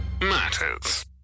matters